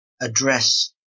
address